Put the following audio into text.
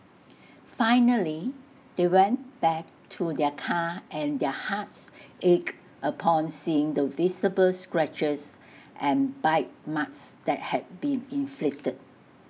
finally they went back to their car and their hearts ached upon seeing the visible scratches and bite marks that had been inflicted